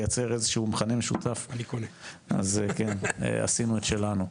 לייצר איזשהו מכנה משותף אז עשינו את שלנו.